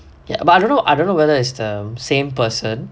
ya but I don't know I don't know whether is the same person